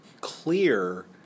clear